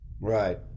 Right